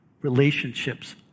relationships